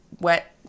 wet